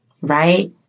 right